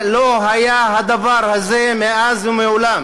לא היה כדבר הזה מעולם.